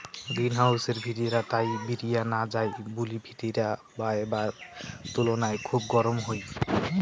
green হাউসর ভিতিরা তাপ বিরিয়া না যাই বুলি ভিতিরা বায়রার তুলুনায় খুব গরম হই